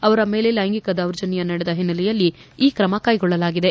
ಅವರ ಮೇಲೆ ಲೈಂಗಿಕ ದೌರ್ಜನ್ಯ ನಡೆದ ಹಿನ್ನೆಲೆಯಲ್ಲಿ ಈ ಕ್ರಮ ಕೈಗೊಳ್ಳಲಾಗಿದೆ